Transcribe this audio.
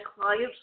clients